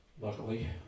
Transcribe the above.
luckily